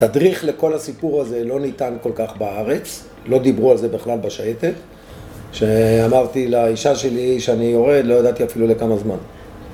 תדריך לכל הסיפור הזה לא ניתן כל כך בארץ, לא דיברו על זה בכלל בשייטת. כשאמרתי לאישה שלי שאני יורד, לא ידעתי אפילו לכמה זמן